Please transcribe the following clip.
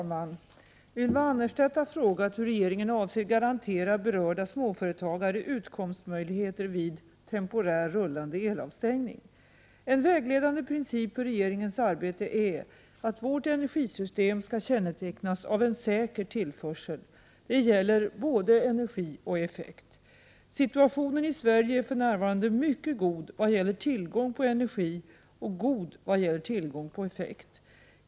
Herr talman! Ylva Annerstedt har frågat hur regeringen avser garantera berörda småföretagare utkomstmöjligheter vid ”temporär rullande elavstängning”. En vägledande princip för regeringens arbete är att vårt energisystem skall kännetecknas av en säker tillförsel. Detta gäller både energi och effekt. Situationen i Sverige är för närvarande mycket god vad gäller tillgång på energi och god vad gäller tillgång på effekt.